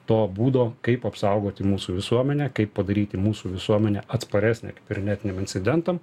to būdo kaip apsaugoti mūsų visuomenę kaip padaryti mūsų visuomenę atsparesnę kibernetiniam incidentam